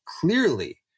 clearly